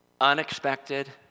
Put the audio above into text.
unexpected